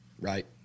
Right